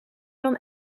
dan